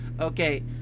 okay